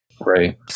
Right